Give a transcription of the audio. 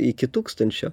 iki tūkstančio